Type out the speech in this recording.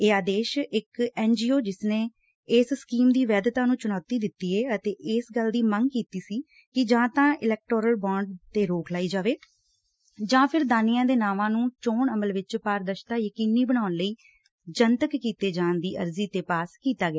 ਇਹ ਆਦੇਸ਼ ਇਕ ਐਨ ਜੀ ਓ ਜਿਸਨੇ ਇਸ ਸਕੀਮ ਦੀ ਵੈਧਤਾ ਨੂੰ ਚੁਣੌਤੀ ਦਿੱਤੀ ਏ ਅਤੇ ਇਸ ਗੱਲ ਦੀ ਮੰਗ ਕੀਤੀ ਸੀ ਕਿ ਜਾਂ ਤਾਂ ਇਲਕਟੋਰਲ ਬਾਂਡ ਤੇ ਰੋਕ ਲਾਈ ਜਾਵੇ ਜਾਂ ਫਿਰ ਦਾਨੀਆ ਦੇ ਨਾਵਾਂ ਨੂੰ ਚੋਣ ਅਮਲ ਵਿਚ ਪਾਰਦਰਸ਼ਤਾ ਯਕੀਨੀ ਬਣਾਉਣ ਲਈ ਜਨਤਕ ਕੀਤੇ ਜਾਣ ਦੀ ਅਰਜ਼ੀ ਤੇ ਪਾਸ ਕੀਤਾ ਗਿਆ